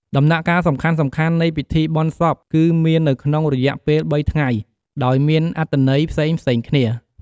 ដំណាក់កាលសំខាន់ៗនៃពិធីបុណ្យសពគឺមាននៅក្នុងរយៈពេលបីថ្ងៃដោយមានអត្ដន័យផ្សេងៗគ្នា។